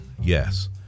Yes